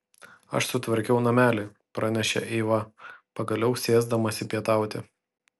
aš sutvarkiau namelį pranešė eiva pagaliau sėsdamasi pietauti